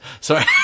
Sorry